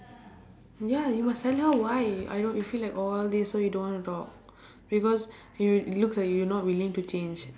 ya you must tell her why I know you feel like all this so you don't want to talk because it looks like you are not willing to change